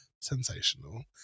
sensational